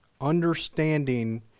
understanding